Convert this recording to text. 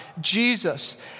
Jesus